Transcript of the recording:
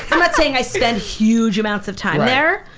i'm not saying i spend huge amounts of time there,